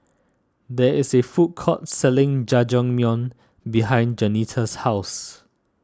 there is a food court selling Jajangmyeon behind Jaunita's house